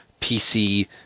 PC